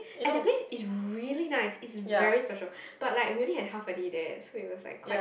at that place it's really nice it's very special but like we only had half a day there so it was like quite